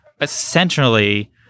essentially